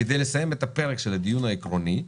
כדי לסיים את הפרק של הדיון העקרוני,